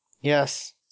Yes